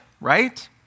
right